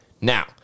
Now